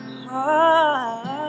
heart